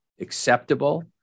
acceptable